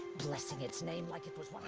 blessing its name like it was